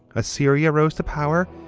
assyria rose to power,